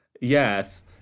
Yes